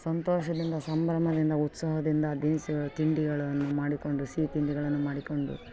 ಸಂತೋಷದಿಂದ ಸಂಭ್ರಮದಿಂದ ಉತ್ಸಾಹದಿಂದ ತಿನ್ಸುಗಳ್ ತಿಂಡಿಗಳನ್ನು ಮಾಡಿಕೊಂಡು ಸಿಹಿತಿಂಡಿಗಳನ್ನು ಮಾಡಿಕೊಂಡು